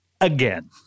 again